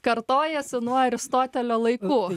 kartojasi nuo aristotelio laikų